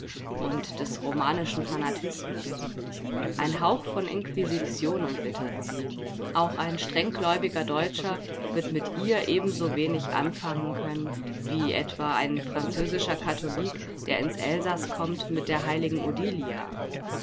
und des romanischen fanatismus ein hauch von inquisition umwittert sie auch ein strenggläubiger deutscher wird mit ihr ebensowenig anfangen können wie etwa ein französischer katholik der ins elsaß kommt mit der heiligen